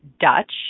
Dutch